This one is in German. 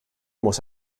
muss